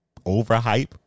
overhype